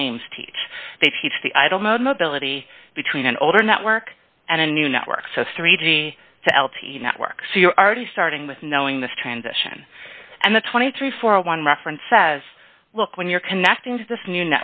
claims teach they teach the idle mode mobility between an older network and a new network so three g to l t e networks you're already starting with knowing the transition and the twenty three for a one reference says look when you're connecting to this new